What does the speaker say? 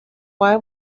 why